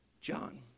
John